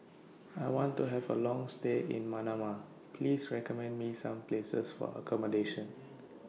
I want to Have A Long stay in Manama Please recommend Me Some Places For accommodation